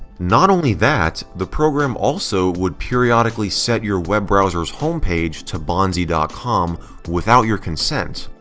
not only that, the program also would periodically set your web browser's home page to bonzi dot com without your consent.